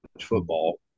football